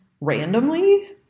randomly